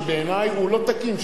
שבעיני הוא לא תקין,